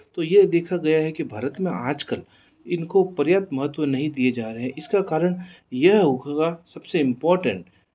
तो ये देखा गया है कि भारत में आज कल इनको पर्याप्त महत्व नहीं दिए जा रहे इसका कारण यह होगा सब से इम्पोर्टेंट